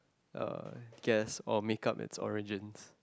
uh guess or make up its origins